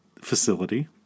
facility